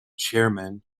chairman